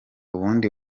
ubundi